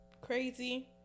crazy